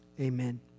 Amen